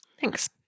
thanks